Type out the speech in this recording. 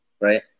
right